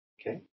Okay